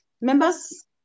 members